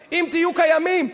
קיימים.